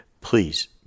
please